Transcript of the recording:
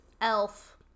elf